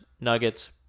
Nuggets